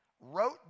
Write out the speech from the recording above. wrote